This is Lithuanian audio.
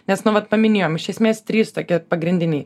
nes nu vat paminėjom iš esmės trys tokie pagrindiniai